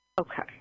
Okay